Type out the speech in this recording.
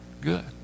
good